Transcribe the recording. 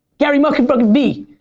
gary mother fuckin' v.